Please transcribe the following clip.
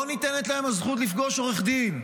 לא ניתנת להם הזכות לפגוש עורך דין,